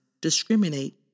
discriminate